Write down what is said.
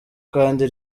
kandi